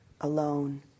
alone